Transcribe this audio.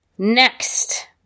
Next